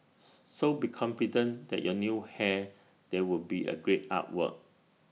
so be confident that your new hair there would be A great artwork